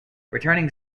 returning